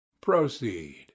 Proceed